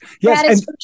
yes